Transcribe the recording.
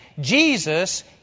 Jesus